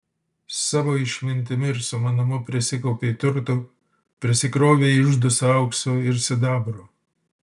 savo išmintimi ir sumanumu prisikaupei turtų prisikrovei iždus aukso ir sidabro